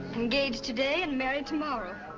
engaged today and married tomorrow.